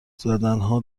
زدنها